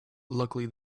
luckily